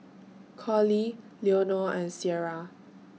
Colie Leonore and Ciera